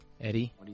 Eddie